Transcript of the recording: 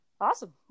Awesome